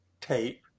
tape